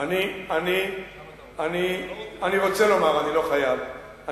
רוצה לומר, אני לא חייב,